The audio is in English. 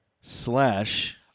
slash